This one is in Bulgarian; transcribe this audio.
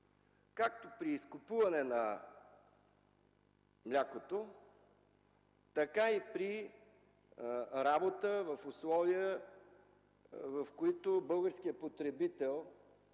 както при изкупуване на млякото, така и при работа в условия, в които българският потребител,